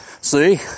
See